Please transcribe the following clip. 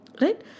right